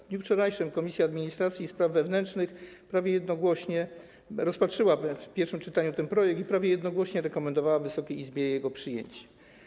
W dniu wczorajszym Komisja Administracji i Spraw Wewnętrznych prawie jednogłośnie rozpatrzyła w pierwszym czytaniu ten projekt i prawie jednogłośnie rekomendowała Wysokiej Izbie jego przyjęcie.